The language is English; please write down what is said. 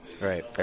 right